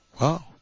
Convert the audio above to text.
Wow